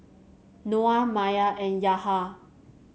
Noah Maya and Yahya